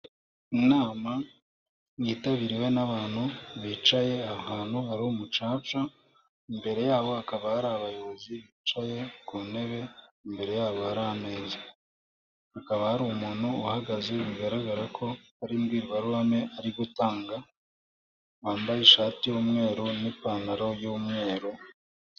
Inama yitabiriwe n'abantu bicaye hantu hari umucanca ,imbere yabo hakaba hari abayobozi bicaye ku ntebe imbere yabo hari ameza . Hakaba hari umuntu uhagaze bigaragara ko ari imbwirwaruhame ari gutanga wambaye ishati y'umweru n'ipantaro y'umweru